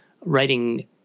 writing